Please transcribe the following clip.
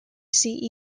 see